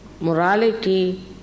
Morality